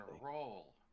roll